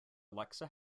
alexa